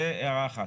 זו הערה אחת.